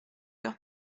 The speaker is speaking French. leur